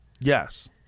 Yes